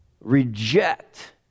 reject